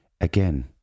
Again